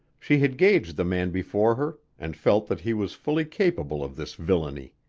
she had gauged the man before her and felt that he was fully capable of this villainy.